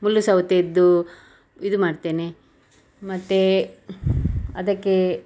ಮುಳ್ಳುಸೌತೆಯದ್ದು ಇದು ಮಾಡ್ತೇನೆ ಮತ್ತು ಅದಕ್ಕೇ